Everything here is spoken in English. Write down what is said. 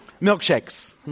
Milkshakes